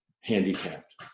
handicapped